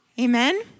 Amen